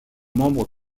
membres